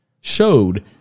showed